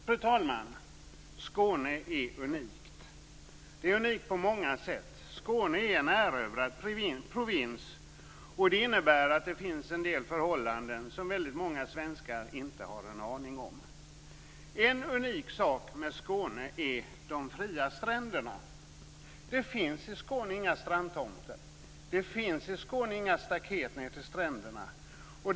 Fru talman! Skåne är unikt på många sätt. Skåne är en erövrad provins. Det innebär att det finns en del förhållanden som många svenskar inte har en aning om. En unik sak med Skåne är de fria stränderna. I Skåne finns det inga strandtomter och inga staket ned till stränderna.